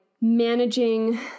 managing